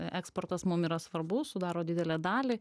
eksportas mum yra svarbu sudaro didelę dalį